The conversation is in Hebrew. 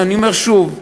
אני אומר שוב,